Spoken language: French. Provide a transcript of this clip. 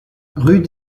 rue